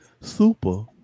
Super